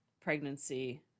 pregnancy